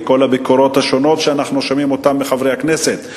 וכל הביקורות השונות שאנחנו שומעים אותן מחברי הכנסת,